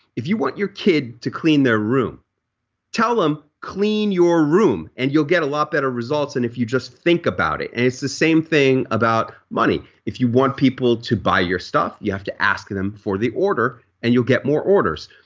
if you want your kid to clean their room tell them clean your room and you'll get a lot better results than and if you just think about it and it's the same thing about money. if you want people to buy your stuff you have to ask them for the order and you'll get more orders.